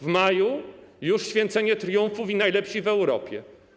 W maju już święcenie triumfu: najlepsi w Europie.